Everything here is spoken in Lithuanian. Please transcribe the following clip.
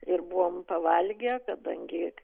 ir buvome pavalgę kadangi